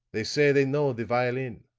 they say they know the violin.